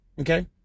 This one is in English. Okay